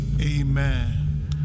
amen